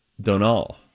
Donal